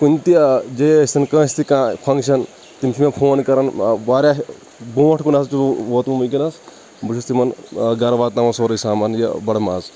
کُنہِ تہِ جایہِ ٲسۍ تَن کٲنٛسہِ تہِ کانٛہہ فَنٛگشَن تِم چھِ مےٚ فون کران واریاہ بَرُونٛٹھ کُن حظ چھِس بہٕ وُوتمُت وُنکیٚنَس بہٕ چھُس تِمَن گَرٕ واتناوان سُورُے سامان یہِ بَڑٕ ماز